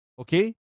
Okay